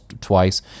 twice